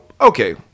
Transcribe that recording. Okay